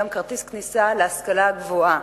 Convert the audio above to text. גם כרטיס כניסה להשכלה הגבוהה.